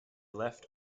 left